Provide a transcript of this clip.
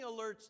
alerts